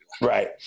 Right